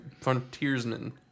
frontiersman